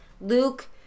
Luke